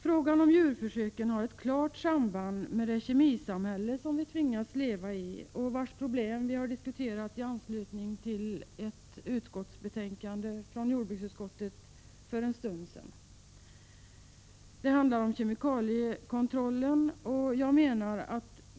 Frågan om djurförsök har ett klart samband med det kemikaliesamhälle som vi tvingas leva i och vars problem vi har diskuterat i anslutning till ett utskottsbetänkande från jordbruksutskottet för en stund sedan. Det handlar om kemikaliekontrollen.